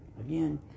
again